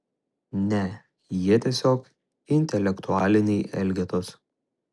ne jie tiesiog intelektualiniai elgetos